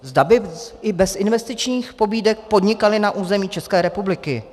Zda by i bez investičních pobídek podnikaly na území České republiky.